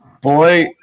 Boy